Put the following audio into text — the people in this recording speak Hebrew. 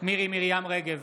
מירי מרים רגב,